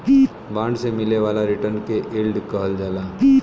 bond से मिले वाला रिटर्न के यील्ड कहल जाला